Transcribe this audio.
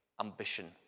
ambition